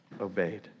obeyed